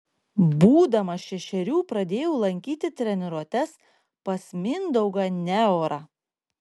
būdamas šešerių pradėjau lankyti treniruotes pas mindaugą neorą